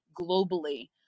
globally